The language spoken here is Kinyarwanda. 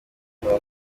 kumera